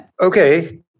Okay